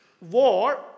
war